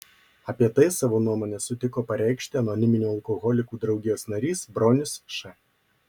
apie tai savo nuomonę sutiko pareikšti anoniminių alkoholikų draugijos narys bronius š